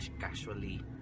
casually